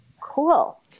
cool